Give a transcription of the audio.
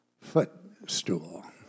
footstool